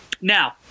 Now